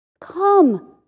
Come